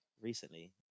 recently